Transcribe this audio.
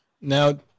Now